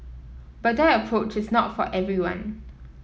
but that approach is not for everyone